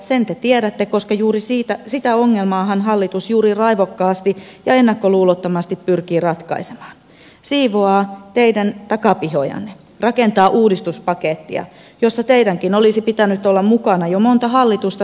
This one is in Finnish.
sen te tiedätte koska juuri sitä ongelmaahan hallitus raivokkaasti ja ennakkoluulottomasti pyrkii ratkaisemaan siivoaa teidän takapihojanne rakentaa uudistuspakettia jossa teidänkin olisi pitänyt olla mukana jo monta hallitusta sitten